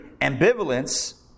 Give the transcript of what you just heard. Ambivalence